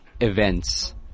events